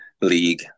League